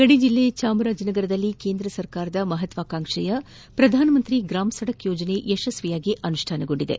ಗಡಿ ಜಿಲ್ಲೆ ಚಾಮರಾಜನಗರದಲ್ಲಿ ಕೇಂದ್ರ ಸರ್ಕಾರದ ಮಹತ್ವಾಕಾಂಕ್ಷೆಯ ಪ್ರಧಾನಮಂತ್ರಿ ಗ್ರಾಮ ಸಡಕ್ ಯೋಜನೆ ಯಶಸ್ವಿಯಾಗಿ ಅನುಷ್ಠಾನಗೊಂಡಿದೆ